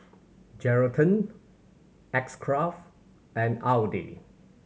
Geraldton X Craft and Audi